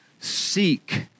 seek